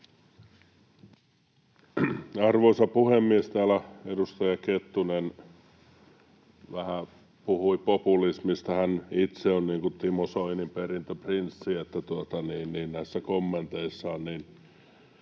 Arvoisa puhemies! Täällä edustaja Kettunen vähän puhui populismista. Hän itse on kuin Timo Soinin perintöprinssi näissä kommenteissaan.